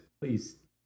please